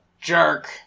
jerk